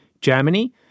Germany